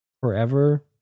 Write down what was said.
forever